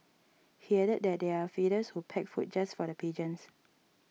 he added that there are feeders who pack food just for the pigeons